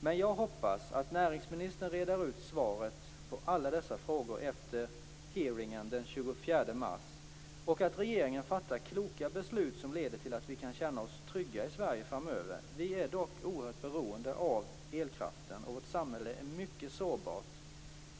Men jag hoppas att näringsministern reder ut svaret på alla dessa frågor efter hearingen den 24 mars och att regeringen fattar kloka beslut som leder till att vi kan känna oss trygga i Sverige framöver. Vi är dock oerhört beroende av elkraften och vårt samhälle är mycket sårbart.